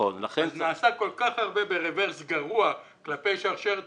נעשה כל כך הרבה ברברס גרוע כלפי שרשרת